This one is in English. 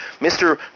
Mr